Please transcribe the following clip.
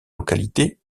localité